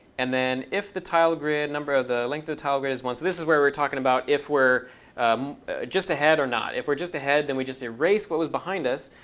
and then if the tile grid, number of the length of the tile grid is one so this is where we're talking about if we're just ahead or not. if we're just ahead, then we just erase what was behind us.